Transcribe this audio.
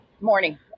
Morning